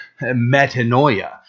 Metanoia